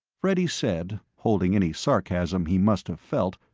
freddy said, holding any sarcasm he must have felt,